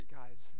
guys